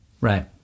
Right